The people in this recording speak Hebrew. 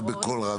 רק בקול רם יותר.